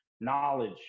knowledge